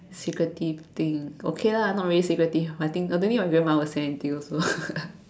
secretive thing okay lah not very secretive I think I don't think my grandma will say anything also